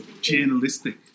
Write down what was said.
journalistic